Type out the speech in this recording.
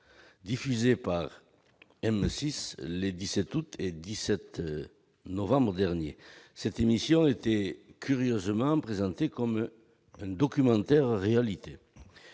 diffusée par M6 les 17 août et 17 novembre derniers. Dans cette émission, qui était curieusement présentée comme un « documentaire-réalité